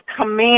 command